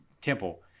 temple